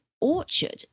orchard